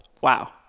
Wow